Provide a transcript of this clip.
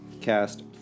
cast